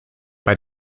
bei